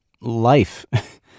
life